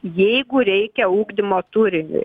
jeigu reikia ugdymo turiniui